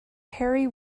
harry